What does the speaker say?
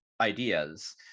ideas